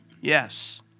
Yes